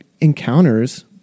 encounters